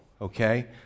okay